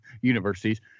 universities